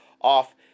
off